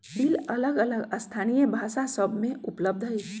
bill अलग अलग स्थानीय भाषा सभ में उपलब्ध हइ